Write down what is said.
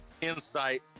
insight